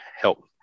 help